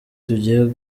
tugiye